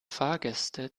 fahrgäste